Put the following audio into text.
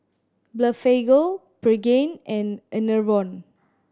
Blephagel Pregain and Enervon